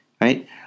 right